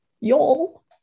Y'all